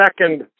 second